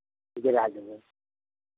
गिरा देबै